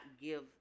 give